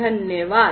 धन्यवाद